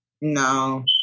no